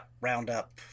roundup